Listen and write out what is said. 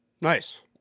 Nice